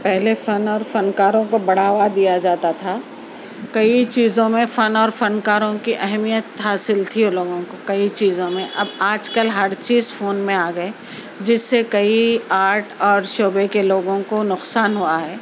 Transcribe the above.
پہلے فن اور فنکاروں کو بڑھاوا دیا جاتا تھا کئی چیزوں میں فن اور فنکاروں کی اہمیت حاصل تھی ان لوگوں کو کئی چیزوں میں اب آج کل ہر چیز فون میں آ گئے جس سے کئی آرٹ اور شعبے کے لوگوں کو نقصان ہوا ہے